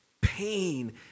pain